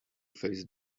face